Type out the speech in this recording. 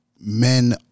men